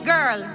Girl